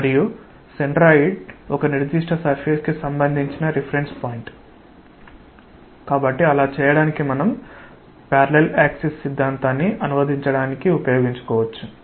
మరియు సెంట్రాయిడ్ ఒక నిర్దిష్ట సర్ఫేస్ కి సంబంధించిన రిఫరెన్స్ పాయింట్ కాబట్టి అలా చేయడానికి మనం ప్యారాలల్ యాక్సిస్ సిద్ధాంతాన్ని అనువదించడానికి ఉపయోగించవచ్చు